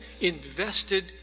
invested